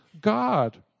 God